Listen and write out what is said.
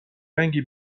رنگی